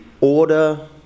order